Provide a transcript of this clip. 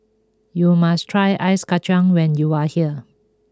you must try Ice Kacang when you are here